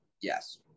Yes